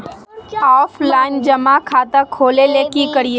Offline जमा खाता खोले ले की करिए?